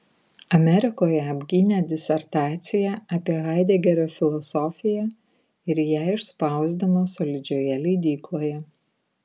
amerikoje apgynė disertaciją apie haidegerio filosofiją ir ją išspausdino solidžioje leidykloje